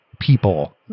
people